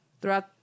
throughout